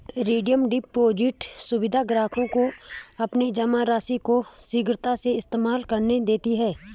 redeem deposit सुविधा ग्राहकों को अपनी जमा राशि को शीघ्रता से इस्तेमाल करने देते है